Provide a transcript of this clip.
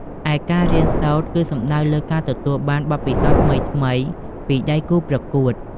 ឯការរៀនសូត្រគឺសំដៅលើការទទួលបានបទពិសោធន៍ថ្មីៗពីដៃគូប្រកួត។